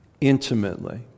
intimately